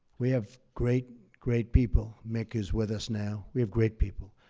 we have great, great people. mick is with us now. we have great people.